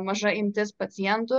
maža imtis pacientų